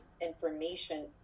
information